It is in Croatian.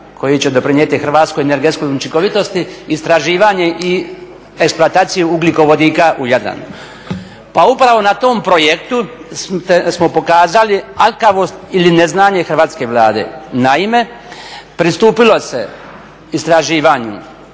koji će doprinijeti hrvatskoj energetskoj učinkovitosti, istraživanje i eksploataciju ugljikovodika u Jadran. Pa upravo na tom projektu smo pokazali aljkavost ili neznanje Hrvatske Vlade. Naime, pristupilo se istraživanju